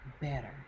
better